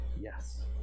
yes